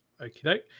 Okay